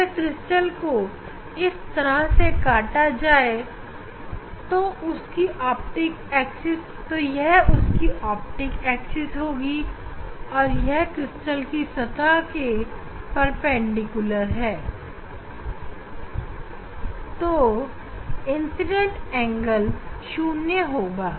अगर क्रिस्टल को इस तरह काटा जाए तो यह उसकी ऑप्टिक एक्सिस होगी और यह क्रिस्टल के सतह के परपेंडिकुलर जब अन्पोलराइज प्रकाश पड़ेगा तो उसका इंसीडेंट एंगल 0 होगा